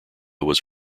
was